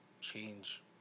change